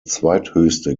zweithöchste